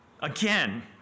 Again